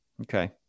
Okay